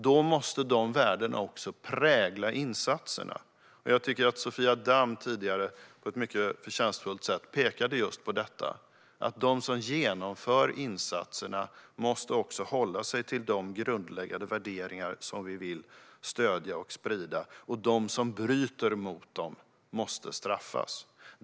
Då måste de värdena också prägla insatserna. Jag tycker att Sofia Damm pekade på just det på ett mycket förtjänstfullt sätt tidigare. De som genomför insatserna måste också hålla sig till de grundläggande värderingar som vi vill stödja och sprida. Och de som bryter mot dem måste straffas.